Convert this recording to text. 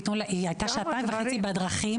היא היתה שעתיים וחצי בדרכים